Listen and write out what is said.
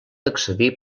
accedir